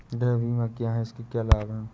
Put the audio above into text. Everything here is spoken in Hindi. गृह बीमा क्या है इसके क्या लाभ हैं?